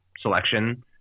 selection